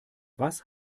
was